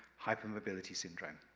hypermobility syndrome.